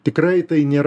tikrai tai nėra